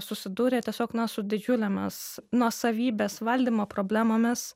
susidūrė tiesiog na su didžiulėmis nuosavybės valdymo problemomis